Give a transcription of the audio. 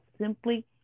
simply